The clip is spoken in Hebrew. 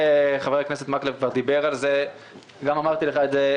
חבר הכנסת מקלב כבר דיבר על זה וגם אמרתי לך את זה,